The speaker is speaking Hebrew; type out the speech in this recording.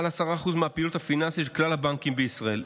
מעל 10% מהפעילות הפיננסית של כלל הבנקים בישראל.